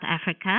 Africa